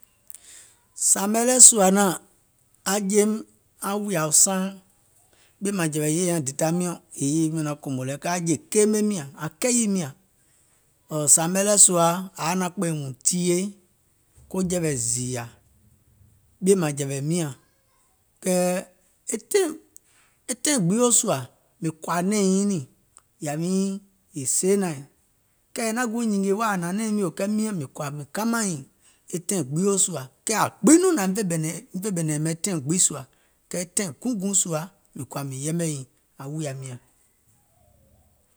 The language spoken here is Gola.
Sȧȧmɛ lɛɛ̀ sùȧ naȧŋ, aŋ jeim wùìyȧ saaŋ, ɓìèmȧŋjɛ̀wɛ̀ yè nyaŋ dèda miɔ̀ŋ yèè yèye miɔ̀ŋ naŋ kòmò lɛ, kɛɛ aŋ jè keemeim nyȧŋ, aŋ kɛyìim nyȧŋ, sȧȧmɛ lɛɛ̀ sùȧ ȧŋ yaȧ naȧŋ kpɛ̀ɛ̀ùŋ tìyèe jɛ̀wɛ̀ zììyȧ. Ɓìèmȧŋjɛ̀wɛ̀ miȧŋ, kɛɛ e taìŋ e taìŋ gbio sùȧ mìŋ kɔ̀ȧ nɛ̀ɛ̀ŋ nyiŋ niìŋ yè seenȧìŋ, kɛɛ è naŋ guùŋ nyìngè wèè aŋ hnàŋ nɛ̀ɛ̀ŋ miìŋ kɛɛ mìŋ kɔ̀à mìŋ kamȧŋ nyiìŋ e taìŋ gbio sùȧ, kɛɛ aŋ gbiŋ nɔŋ nȧŋ fè ɓɛ̀nɛ̀ŋ yɛ̀mɛ taìŋ gbio sùȧ, kɛɛ taìŋ guùŋ guùŋ sùȧ mìŋ kɔ̀ȧ mìŋ yɛmɛ̀ nyìŋ, aŋ wùiyaim nyȧŋ,